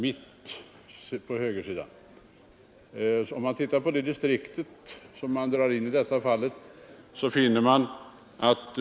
Låt oss jämföra Skaraborgs län med Älvsborgs län.